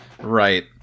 Right